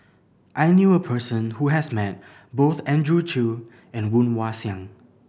I knew a person who has met both Andrew Chew and Woon Wah Siang